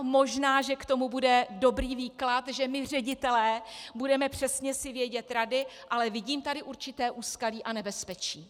Možná že k tomu bude dobrý výklad, že my ředitelé si budeme přesně vědět rady, ale vidím tady určité úskalí a nebezpečí.